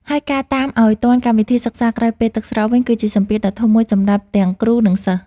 ហើយការតាមឱ្យទាន់កម្មវិធីសិក្សាក្រោយពេលទឹកស្រកវិញ គឺជាសម្ពាធដ៏ធំមួយសម្រាប់ទាំងគ្រូ និងសិស្ស។